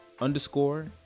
underscore